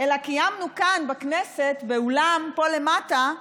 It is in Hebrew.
אלא קיימנו כאן בכנסת, באולם פה למטה,